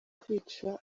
kwica